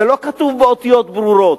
זה לא כתוב באותיות ברורות,